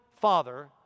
father